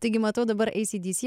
taigi matau dabar acdc